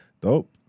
dope